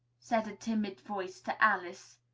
said a timid voice to alice.